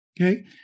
Okay